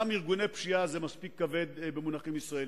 גם ארגוני פשיעה זה כבד מספיק במונחים ישראליים.